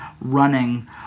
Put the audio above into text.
running